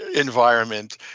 environment